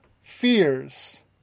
fears